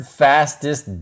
fastest